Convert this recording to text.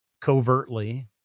covertly